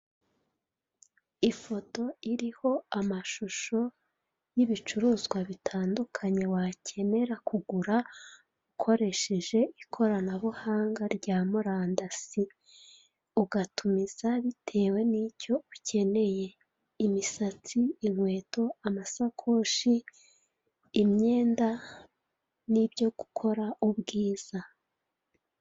Ifoto iriho amashusho y'ibicuruzwa bitandukanye wakenera kugura ukoresheje ikoranabuhanga ryo murandasi ugatumiza bitewe n'icyo ukeneye, imisatsi, inkweto, amasakoshi, imyenda n'ibyo gukora ubwiza.